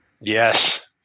yes